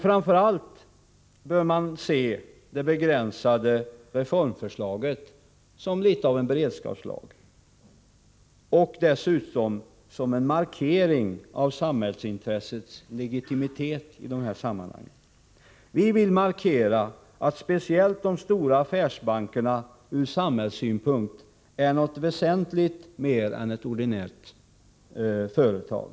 Framför allt bör man se det begränsade reformförslaget som något av en beredskapslag — och som en markering av samhällsintressets legitimitet i dessa sammanhang. Vi vill poängtera att speciellt de stora affärsbankerna ur samhällssynpunkt är något väsentligt mer än ordinära företag.